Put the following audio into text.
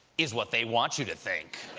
is what they want you to think.